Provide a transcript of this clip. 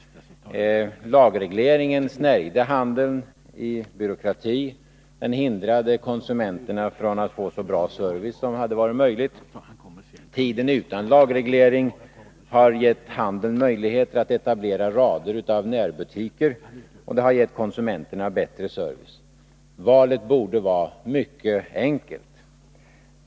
Lagregleringen snärjde handeln i byråkrati, den hindrade konsumenterna att få så bra service som hade varit möjlig. Tiden utan lagreglering har gett handeln möjlighet att etablera rader av närbutiker, och detta har gett konsumenterna bättre service. Valet borde vara mycket enkelt.